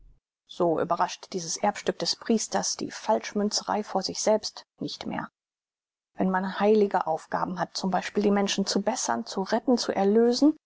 so überrascht dieses erbstück des priesters die falschmünzerei vor sich selbst nicht mehr wenn man heilige aufgaben hat zum beispiel die menschen zu bessern zu retten zu erlösen